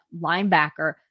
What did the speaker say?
linebacker